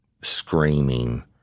screaming